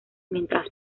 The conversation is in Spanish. mientras